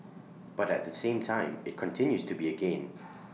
but at the same time IT continues to be A gain